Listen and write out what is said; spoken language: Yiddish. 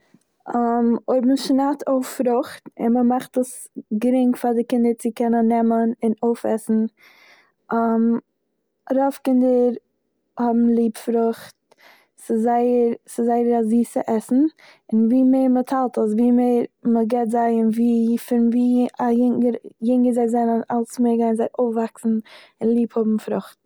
אויב מ'שנייד אויף פרוכט און מ'מאכט עס גרינג פאר די קינדער צו קענען נעמען און אויפעסן רוב קינדער האבן ליב פרוכט, ס'זייער- ס'זייער א זיסע עסן און ווי מער מ'טיילט עס, ווי מער מ'געט זיי און פון ווי- ווי א אינגער- אינגער זיי זענען אלץ מער גייען זיי אויפוואקסן און ליב האבן פרוכט.